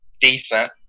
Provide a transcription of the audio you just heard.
decent